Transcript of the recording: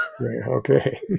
Okay